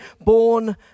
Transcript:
born